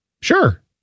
Sure